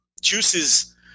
juices